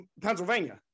Pennsylvania